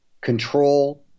control